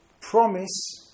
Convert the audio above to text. promise